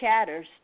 chatters